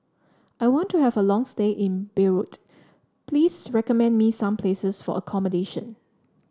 I want to have a long stay in Beirut please recommend me some places for accommodation